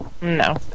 No